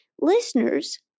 listeners